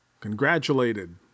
Congratulated